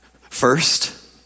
First